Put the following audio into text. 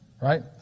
right